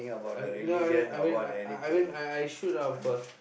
I mean no I mean I mean I I mean I I should of course